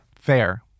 Fair